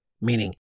Meaning